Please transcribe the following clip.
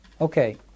Okay